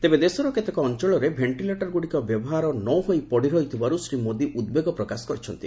ତେବେ ଦେଶର କେତେକ ଅଞ୍ଚଳରେ ଭେଷ୍ଟିଲେଟର ଗୁଡ଼ିକ ବ୍ୟବହାର ନ ହୋଇ ପଡ଼ି ରହିଥିବାରୁ ଶ୍ରୀ ମୋଦି ଉଦ୍ବେଗ ପ୍ରକାଶ କରିଛନ୍ତି